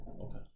Okay